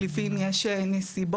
כי לפעמים יש נסיבות,